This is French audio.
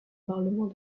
parlement